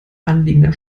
anliegender